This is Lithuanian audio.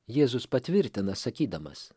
jėzus patvirtina sakydamas